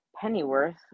Pennyworth